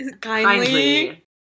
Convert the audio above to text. Kindly